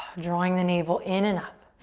drawing the navel in and up.